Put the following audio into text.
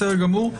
בסדר גמור.